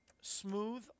Smooth